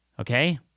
Okay